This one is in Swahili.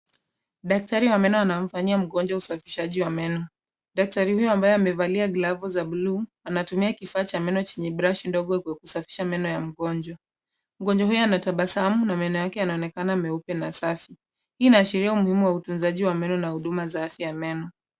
Daktari wa meno anamfanyia mgonjwa usafishaji wa meno. Daktari huyo ambaye amevalia glovu za bluu anatumia kifaa cha meno chenye brashi ndogo kusafisha meno ya mgonjwa. Mgonjwa huyo anatabasamu na maneno yake yanaonekana meupe na safi. Hii inaashiria umuhimu wa utunzaji wa meno na huduma za afya ya meno.